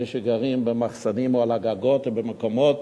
אלה שגרים במחסנים או על הגגות או במקומות